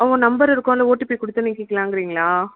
ஓ number இருக்கும் அந்த OTP கொடுத்து நீக்கிகிலாங்கிறீங்களா